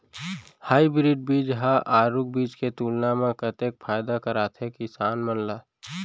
Hybrid बीज हा आरूग बीज के तुलना मा कतेक फायदा कराथे किसान मन ला?